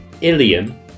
Ilium